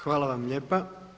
Hvala vam lijepa.